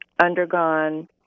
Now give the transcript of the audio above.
undergone